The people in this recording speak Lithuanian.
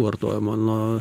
vartojimo nuo